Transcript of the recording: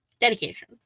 Dedication